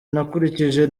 nakurikije